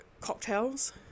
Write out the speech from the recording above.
cocktails